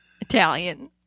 Italian